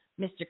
Mr